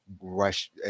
rush